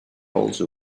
also